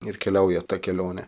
ir keliauja tą kelionę